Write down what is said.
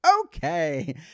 okay